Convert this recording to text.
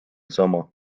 sama